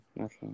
Okay